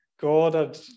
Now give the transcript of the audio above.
God